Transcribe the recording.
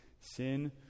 sin